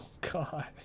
God